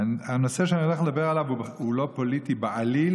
הנושא שאני הולך לדבר עליו הוא לא פוליטי בעליל,